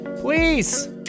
Please